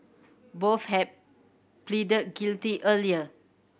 both had pleaded guilty earlier